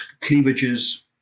cleavages